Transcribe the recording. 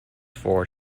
ford